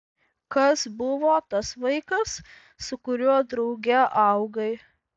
kas buvo tas vaikas su kuriuo drauge augai